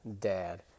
dad